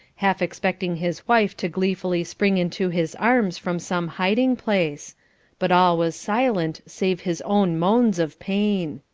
half expecting his wife to gleefully spring into his arms from some hiding-place but all was silent save his own moans of pain.